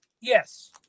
Yes